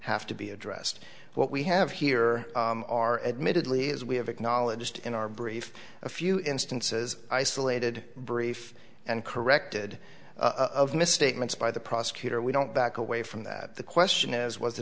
have to be addressed what we have here are admittedly as we have acknowledged in our brief a few instances isolated brief and corrected of misstatements by the prosecutor we don't back away from that the question is was the